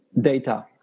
data